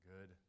good